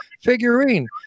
figurine